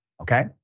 okay